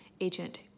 agent